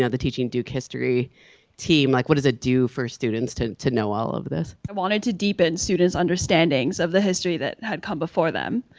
the teaching duke history team, like what does it do for students to to know all of this? i wanted to deepen students understandings of the history that had come before them,